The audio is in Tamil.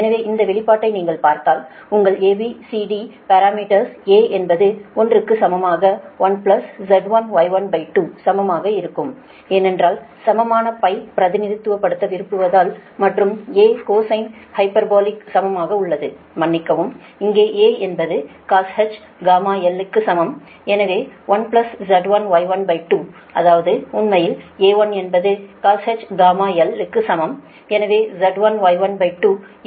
எனவே இந்த வெளிப்பாட்டை நீங்கள் பார்த்தால் உங்கள் ABCD பாரமீட்டர்ஸ் A என்பது 1 க்கு சமமாக 1Z1Y12 சமமாக இருக்கும் ஏனென்றால் சமமான ஐ பிரதிநிதித்துவப்படுத்த விரும்புவதால் மற்றும் A கொசைன் ஹைபர்போலிக் சமமாக உள்ளது மன்னிக்கவும் இங்கே A என்பதுcosh γl க்கு சமம் எனவே 1Z1Y12 அதாவது உண்மையில் A1 என்பது cosh γl க்கு சமம் எனவே Z1Y12cosh γl 1